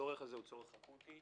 הצורך הזה הוא צורך אקוטי.